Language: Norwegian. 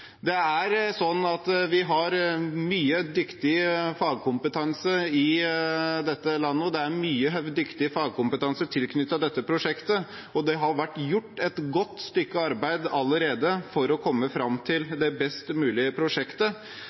Vi har mye dyktig fagkompetanse i dette landet, og det er mye dyktig fagkompetanse tilknyttet dette prosjektet. Det har vært gjort et godt stykke arbeid allerede for å komme fram til det best mulige prosjektet.